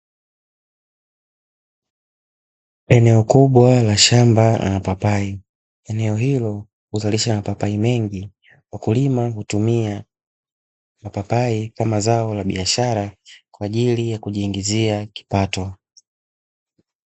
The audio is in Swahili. Eneo kubwa la shamba la mapapai, eneo hilo huzalisha mapapai mengi, wakulima hutumia mapapai kama zao la biashara kwa ajili ya kujiingizia kipato.